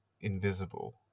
Invisible